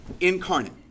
incarnate